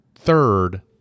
third